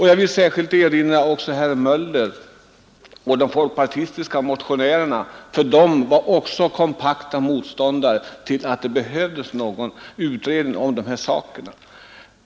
Jag vill särskilt erinra herr Möller i Göteborg och de folkpartistiska motionärerna om detta, eftersom också de var kompakta motståndare till en utredning om de här sakerna och ansåg att någon sådan inte behövdes.